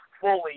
fully